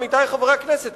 עמיתי חברי הכנסת,